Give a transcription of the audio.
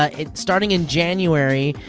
ah starting in january,